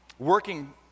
working